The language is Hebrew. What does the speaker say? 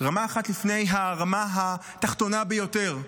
רמה אחת לפני הרמה התחתונה ביותר.